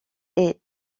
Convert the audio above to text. est